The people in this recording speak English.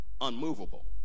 unmovable